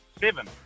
Seven